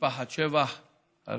למשפחת שבח על